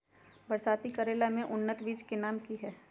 बरसाती करेला के उन्नत बिज के नाम की हैय?